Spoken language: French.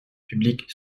publique